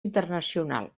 internacional